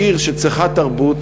בעיר שצריכה תרבות,